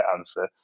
answer